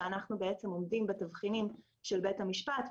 שאנחנו עומדים בתבחינים של בית המשפט,